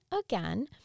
again